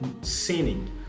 sinning